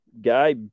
guy